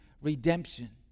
redemption